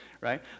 right